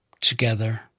together